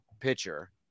pitcher